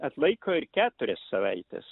atlaiko ir keturias savaites